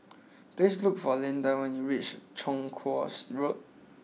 please look for Lindy when you reach Chong Kuo Road